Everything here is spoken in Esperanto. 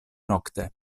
nokte